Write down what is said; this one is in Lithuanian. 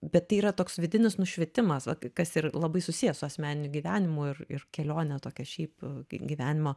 bet tai yra toks vidinis nušvitimas va kas ir labai susiję su asmeniniu gyvenimu ir ir kelione tokia šiaip gy gyvenimo